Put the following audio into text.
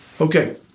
Okay